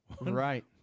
right